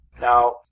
Now